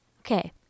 Okay